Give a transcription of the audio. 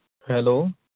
hello